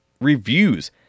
reviews